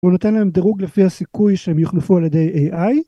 הוא נותן להם דירוג לפי הסיכוי שהם יוחלפו על ידי AI.